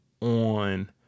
on